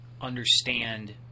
understand